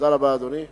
תודה רבה, אדוני.